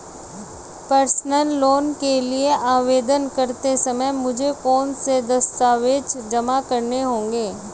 Personal loan के लिए आवेदन करते समय मुझे कौन से दस्तावेज़ जमा करने होंगे?